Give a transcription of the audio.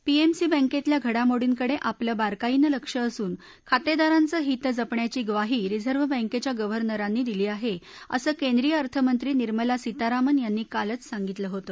PMC बँकेतल्या घडामोडींकडे आपलं बारकाईनं लक्ष असून खातेदारांचं हीत जपण्याची ग्वाही रिझर्व्ह बँकेच्या गव्हर्नरांनी दिली आहे असं केंद्रीय अर्थमंत्री निर्मला सीतारामन यांनी कालच सांगितलं होतं